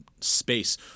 space